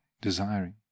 desiring